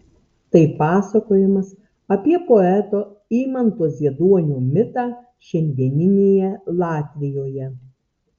tai pasakojimas apie poeto imanto zieduonio mitą šiandieninėje latvijoje